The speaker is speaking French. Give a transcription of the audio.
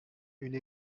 une